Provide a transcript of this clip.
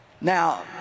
Now